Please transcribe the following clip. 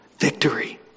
Victory